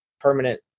permanent